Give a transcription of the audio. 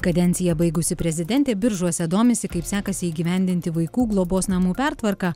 kadenciją baigusi prezidentė biržuose domisi kaip sekasi įgyvendinti vaikų globos namų pertvarką